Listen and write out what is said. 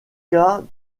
cas